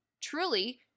truly